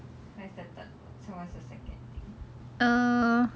mine's the third so what's your second thing